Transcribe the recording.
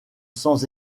sans